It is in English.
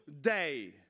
day